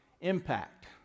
impact